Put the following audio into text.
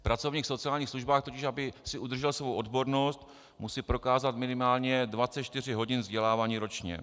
Pracovník v sociálních službách totiž, aby si udržel svou odbornost, musí prokázat minimálně 24 hodin vzdělávání ročně.